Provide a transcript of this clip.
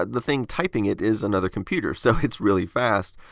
the thing typing it is another computer, so it's really fast!